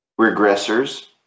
regressors